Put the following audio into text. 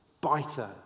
biter